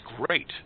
great